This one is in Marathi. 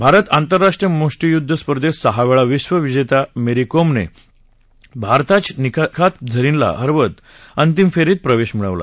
भारत आंतरराष्ट्रीय मुष्टीयुध्द स्पर्धेत सहा वेळा विश्व विजेत्या मेरी कोम ने भारताच्याच निखात झरिनला हरवत अंतिम फेरीत प्रवेश मिळवला